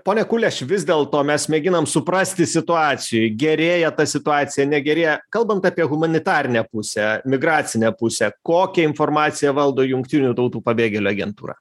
ponia kuleš vis dėlto mes mėginam suprasti situacijoj gerėja ta situacija negerėja kalbant apie humanitarinę pusę migracinę pusę kokią informaciją valdo jungtinių tautų pabėgėlių agentūra